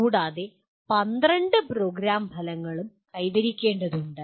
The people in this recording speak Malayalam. കൂടാതെ 12 പ്രോഗ്രാം ഫലങ്ങളും കൈവരിക്കേണ്ടതുണ്ട്